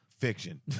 fiction